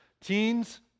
Teens